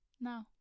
No